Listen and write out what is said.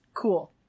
cool